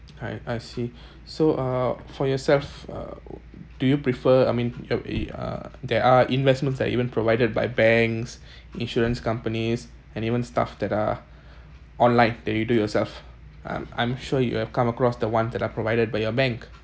I I see so uh for yourself uh do you prefer I mean uh there are investments that even provided by banks insurance companies and even stuff that are online that you do yourself I'm I'm sure you have come across the ones that are provided by your bank